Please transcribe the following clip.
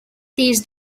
these